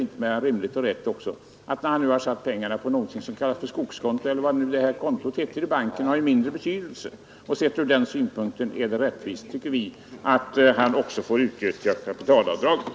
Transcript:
Att han satt in pengarna på skogskonto eller vad kontot heter i banken har mindre betydelse. Sett ur den synpunkten är det rättvist, tycker vi, att han också får utnyttja kapitalavdraget.